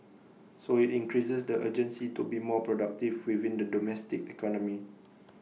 so IT increases the urgency to be more productive within the domestic economy